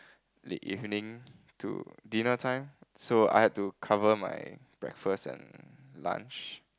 late evening to dinner time so I had to cover my breakfast and lunch